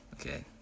Okay